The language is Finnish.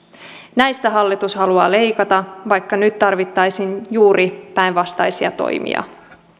näistä hallitus haluaa leikata vaikka nyt tarvittaisiin juuri päinvastaisia toimia